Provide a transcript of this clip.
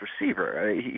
receiver